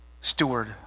steward